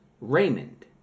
Raymond